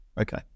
Okay